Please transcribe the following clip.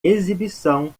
exibição